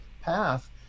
path